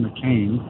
McCain